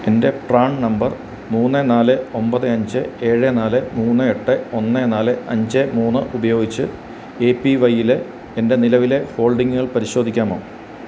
എന്റെ PRAN number മൂന്ന് നാല് ഒമ്പത് അഞ്ച് ഏഴ് നാല് മൂന്ന് എട്ട് ഒന്ന് നാല് അഞ്ച് മൂന്ന് ഉപയോഗിച്ച് ഏപ്പീവൈയ്യിലെ എന്റെ നിലവിലെ ഹോൾഡിംഗുകൾ പരിശോധിക്കാമോ